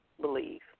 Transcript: believe